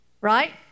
Right